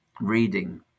reading